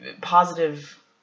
Positive